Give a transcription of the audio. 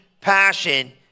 Passion